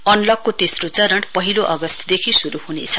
अनलकको तेस्रो चरण पहिलो अगस्तदेखि शुरु हुनेछ